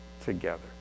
together